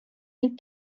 ning